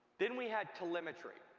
then we had telemetry,